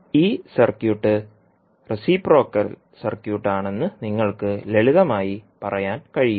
ഈ circuit reciprocal circuit ആണെന്ന് നിങ്ങൾക്ക് ലളിതമായി പറയാൻ കഴിയും